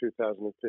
2015